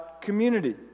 community